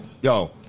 Yo